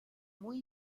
muy